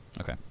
Okay